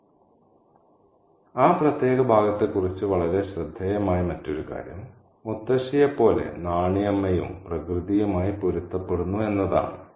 അതിനാൽ ആ പ്രത്യേക ഭാഗത്തെക്കുറിച്ച് വളരെ ശ്രദ്ധേയമായ മറ്റൊരു കാര്യം മുത്തശ്ശിയെപ്പോലെ നാണി അമ്മയും പ്രകൃതിയുമായി പൊരുത്തപ്പെടുന്നു എന്നതാണ്